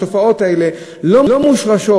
התופעות האלה לא מושרשות.